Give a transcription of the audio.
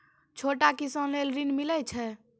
छोटा किसान लेल ॠन मिलय छै?